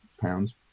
pounds